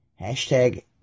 Hashtag